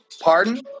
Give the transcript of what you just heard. Pardon